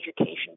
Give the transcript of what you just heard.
education